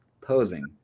posing